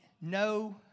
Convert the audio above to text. no